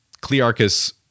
Clearchus